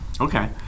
okay